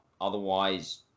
otherwise